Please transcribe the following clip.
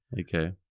Okay